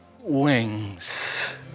wings